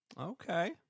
Okay